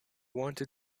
wanted